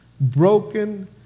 Broken